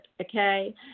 Okay